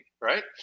right